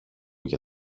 για